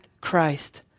Christ